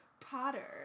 Potter